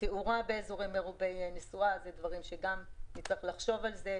תאורה באזורים מרובי נסיעה זה עוד דבר שנצטרך לחשוב עליו.